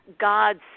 gods